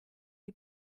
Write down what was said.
you